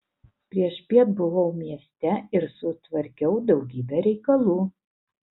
priešpiet buvau mieste ir sutvarkiau daugybę reikalų